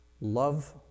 love